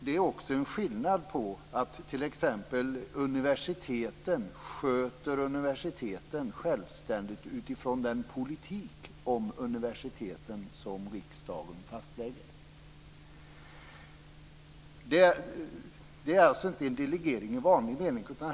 Det skiljer sig också från att t.ex. universiteten självständigt sköter sig själva utifrån den politik om universiteten som riksdagen fastlägger. Det är alltså inte en delegering i vanlig mening.